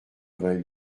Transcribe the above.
vingt